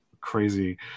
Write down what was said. crazy